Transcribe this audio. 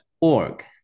org